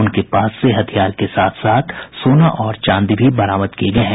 उनके पास से हथियार के साथ साथ सोना और चांदी भी बरामद किये गये हैं